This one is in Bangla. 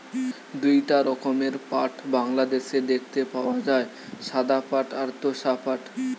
দুইটা রকমের পাট বাংলাদেশে দেখতে পাওয়া যায়, সাদা পাট আর তোষা পাট